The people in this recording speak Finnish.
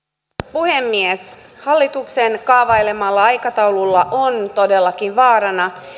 puhemies hallituksen kaavailemalla aikataululla on todellakin vaarana